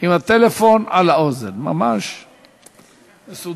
עם הטלפון על האוזן, ממש מסודר.